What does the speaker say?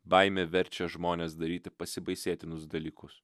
baimė verčia žmones daryti pasibaisėtinus dalykus